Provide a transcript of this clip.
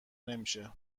نمیشه